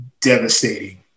devastating